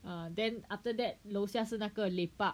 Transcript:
err then after that 楼下是那个 lepak